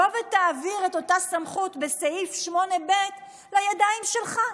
בוא ותעביר את אותה סמכות בסעיף 8ב לידיים שלך.